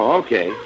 okay